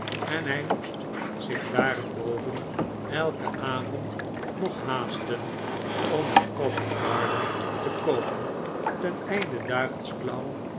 en hij moest zich daarenboven elken avond nog haasten om naar covent-garden te komen ten einde daar als clown